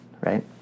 right